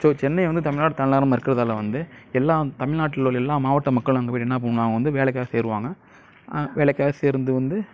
so Chennai வந்து தமிழ்நாட்டு தலைநகரமாக கிவந்து எல்லாம் தமிழ்நாட்டில் உள்ள எல்லா மாவட்ட மக்களும் அங்கே போய்ட்டு என்ன பண்ணுவாங்க வந்து வேலைக்காக சேர்வாங்க வேலைக்காக சேர்ந்து வந்து